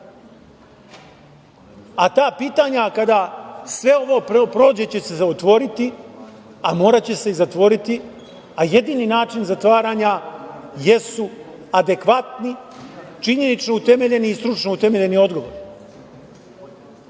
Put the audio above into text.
a ta pitanja, kada sve ovo prođe, će se otvoriti, a moraće se i zatvoriti, a jedini način zatvaranja jesu adekvatni, činjenično utemeljeni i stručno utemeljeni odgovori. Niko